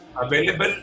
available